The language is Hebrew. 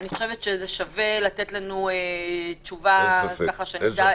אני חושבת ששווה לתת לנו תשובה ככה שנדע